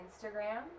Instagram